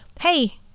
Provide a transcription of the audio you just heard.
hey